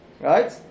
Right